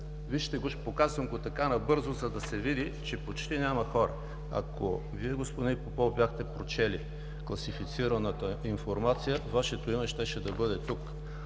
Вижте го, показвам го набързо, за да се види, че почти няма хора. Ако Вие, господин Попов, бяхте прочели класифицираната информация, Вашето име щеше да бъде тук.